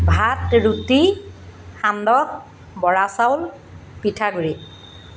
ভাত ৰুটি সান্দহ বৰা চাউল পিঠা গুড়ি